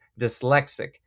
dyslexic